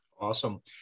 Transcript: Awesome